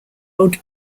old